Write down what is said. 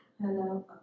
Hello